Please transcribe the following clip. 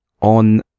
on